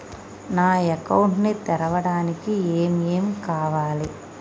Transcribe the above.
నా అకౌంట్ ని తెరవడానికి ఏం ఏం కావాలే?